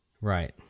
Right